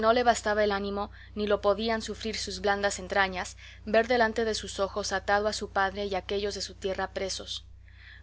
no le bastaba el ánimo ni lo podían sufrir sus blandas entrañas ver delante de sus ojos atado a su padre y aquellos de su tierra presos